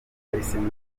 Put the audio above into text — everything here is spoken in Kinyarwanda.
arsenal